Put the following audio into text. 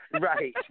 Right